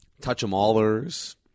Touch-em-allers